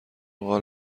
قال